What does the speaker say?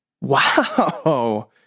wow